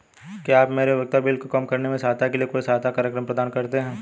क्या आप मेरे उपयोगिता बिल को कम करने में सहायता के लिए कोई सहायता कार्यक्रम प्रदान करते हैं?